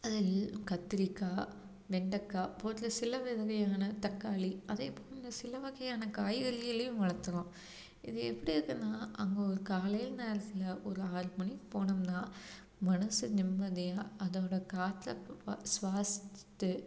அதில் கத்திரிக்காய் வெண்டக்காய் போன்ற சில வகையான தக்காளி அதே போல் சில வகையான காய்கறிகளையும் வளர்த்துறோம் இது எப்படி இருக்குதுன்னா அங்கே ஒரு காலையில் நேரத்தில் ஒரு ஆறு மணிக்கு போனோம்னால் மனது நிம்மதியாக அதோடய காற்றை சுவாசிச்சுகிட்டு